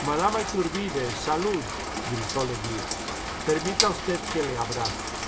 madama ithurbide jsalud gritó leguía permita usted que le abrace